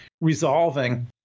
resolving